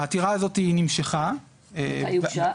העתירה הזו נמשכה --- מתי היא הוגשה?